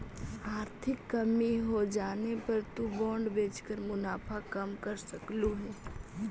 आर्थिक कमी होजाने पर तु बॉन्ड बेचकर मुनाफा कम कर सकलु हे